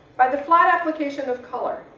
by the flat application of color,